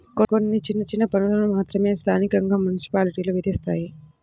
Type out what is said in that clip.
కొన్ని చిన్న చిన్న పన్నులను మాత్రమే స్థానికంగా మున్సిపాలిటీలు విధిస్తాయి